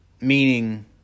meaning